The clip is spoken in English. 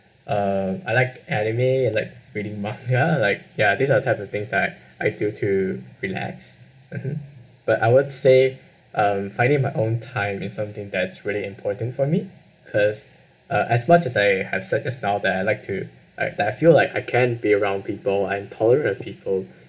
uh I like anime I like reading mafia and like ya these are the type of things that I do to relax mmhmm but I would say um finding my own time it's something that's really important for me because uh as much as I have said just now that I like to act~ that I feel like I can be around people and tolerate people